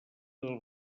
del